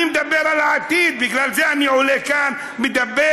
אני מדבר על העתיד, בגלל זה אני עולה לכאן ומדבר.